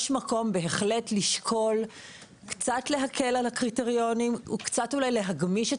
יש מקום בהחלט לשקול קצת להקל על הקריטריונים וקצת אולי להגמיש,